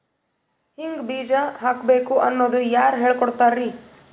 ಹಿಂಗ್ ಬೀಜ ಹಾಕ್ಬೇಕು ಅನ್ನೋದು ಯಾರ್ ಹೇಳ್ಕೊಡ್ತಾರಿ?